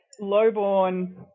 low-born